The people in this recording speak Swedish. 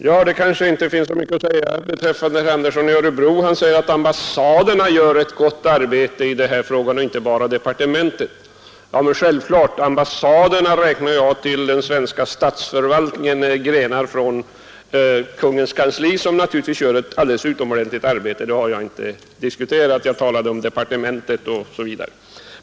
Herr talman! Jag har inte så mycket att säga till herr Andersson i Örebro. Han sade att ambassaderna — inte bara departementet — gör ett gott arbete i detta avseende. Men det är ju självklart — ambassaderna räknar jag till den svenska statsförvaltningen; de är grenar från kungens kansli som naturligtvis utför ett alldeles utomordentligt arbete. Det har jag inte diskuterat — jag talade om departementet osv.